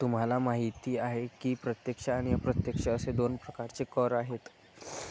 तुम्हाला माहिती आहे की प्रत्यक्ष आणि अप्रत्यक्ष असे दोन प्रकारचे कर आहेत